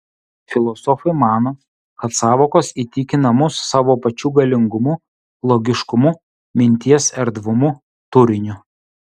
filosofai mano kad sąvokos įtikina mus savo pačių galingumu logiškumu minties erdvumu turiniu